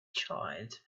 child